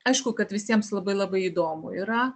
aišku kad visiems labai labai įdomu yra